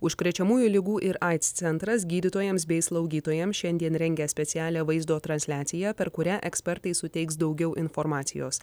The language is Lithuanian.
užkrečiamųjų ligų ir aids centras gydytojams bei slaugytojams šiandien rengia specialią vaizdo transliaciją per kurią ekspertai suteiks daugiau informacijos